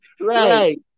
Right